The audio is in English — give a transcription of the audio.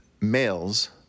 males